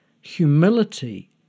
Humility